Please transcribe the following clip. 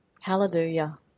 Hallelujah